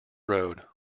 road